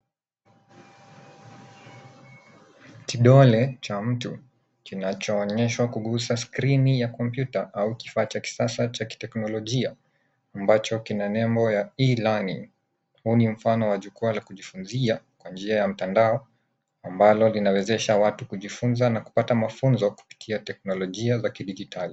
Kidole cha mtu kinachoonyeshwa kugusa skrini ya kompyuta au kifaa cha kisasa cha teknolojia ambacho kina nembo ya e- learning . Huu ni mfano wa jukwaa la kujifunzia kwa njia ya mtandao ambalo linawezesha watu kujifunza na kupata mafunzo kupitia teknolojia za kidigitali.